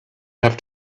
have